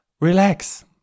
Relax